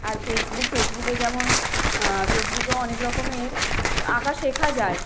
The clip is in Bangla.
আর ফেসবুক ফেসবুকে যেমন ফেসবুকে অনেক রকমের আঁকা শেখা যায়